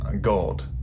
gold